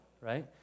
right